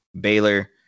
Baylor